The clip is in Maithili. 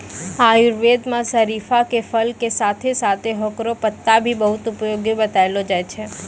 आयुर्वेद मं शरीफा के फल के साथं साथं हेकरो पत्ता भी बहुत उपयोगी बतैलो जाय छै